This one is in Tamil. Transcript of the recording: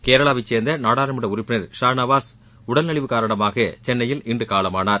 கேரளாவை சேர்ந்த நாடாளுமன்ற உறுப்பினர் ஷா நவாஸ் உடல் நலிவு காரணமாக சென்னையில் இன்று காலமானார்